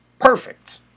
perfect